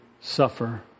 suffer